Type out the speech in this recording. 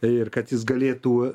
ir kad jis galėtų